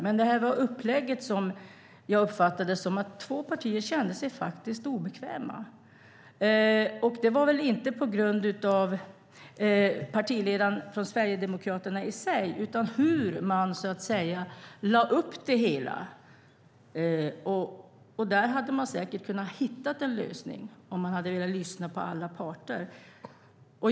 Det var dock ett upplägg där jag uppfattade det som att två partier faktiskt kände sig obekväma. Det var väl inte på grund av Sverigedemokraternas partiledare i sig utan hur man lade upp det hela. Där hade man säkert kunnat hitta en lösning om man hade velat lyssna på alla parter.